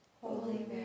Holy